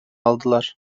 aldılar